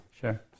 Sure